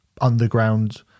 underground